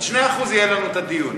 על 2% יהיה לנו דיון,